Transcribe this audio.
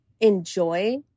Enjoy